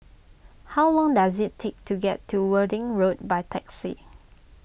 how long does it take to get to Worthing Road by taxi